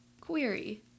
Query